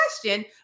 question